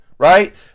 Right